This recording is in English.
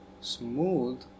Smooth